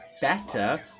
better